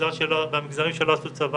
במגזרים שלא עשו צבא,